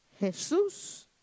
Jesús